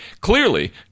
Clearly